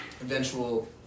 eventual